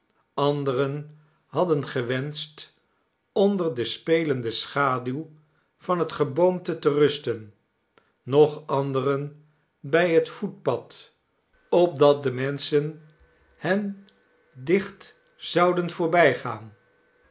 anderen hadden gewenscht onder de spelende schaduw van het geboomte te rusten nog anderen bij het voetpad opdat de menschen hen